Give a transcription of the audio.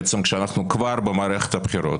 בעצם כשאנחנו כבר במערכת הבחירות,